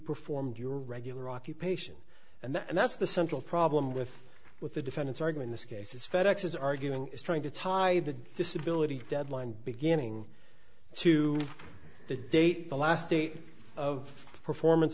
performed your regular occupation and that's the central problem with with the defendants arguing this case is fed ex is arguing is trying to tie the disability deadline beginning to the date the last date of performance